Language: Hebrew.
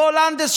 פול לנדס,